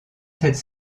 cette